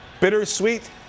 Bittersweet